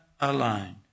alone